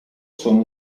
sono